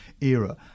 era